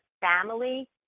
family